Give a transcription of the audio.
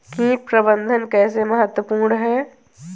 कीट प्रबंधन कैसे महत्वपूर्ण है?